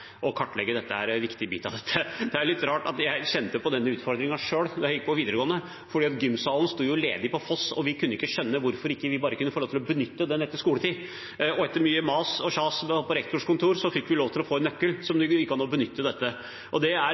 Å kartlegge dette er en viktig bit av dette. Det er litt rart at jeg kjente på denne utfordringen selv da jeg gikk på videregående. Gymsalen sto jo ledig på Foss, og vi kunne ikke skjønne hvorfor vi ikke bare kunne få lov til å benytte den etter skoletid. Etter mye mas og kjas på rektors kontor fikk vi lov til å få en nøkkel så det gikk an å benytte den. Det er